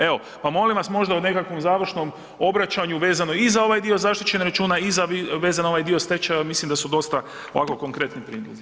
Evo, pa molim vas, možda u nekakvom završnom obraćanju vezano i za ovaj dio zaštićenog računa i za vezano ovaj dio stečaja, mislim da su dosta ovako konkretni prijedlozi.